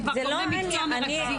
זה כבר גורמי מקצוע מרכזים.